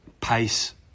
pace